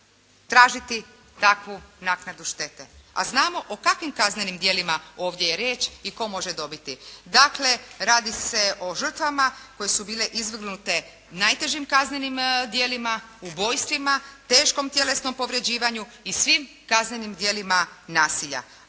tražiti takvu naknadu štete. A znamo o kakvim kaznenim djelima ovdje je riječ i tko može dobiti. Dakle, radi se o žrtvama koje su bile izvrgnute najtežim kaznenim djelima, ubojstvima, teškom tjelesnoj povređivanju i svim kaznenim djelima nasilja.